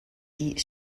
die